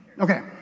Okay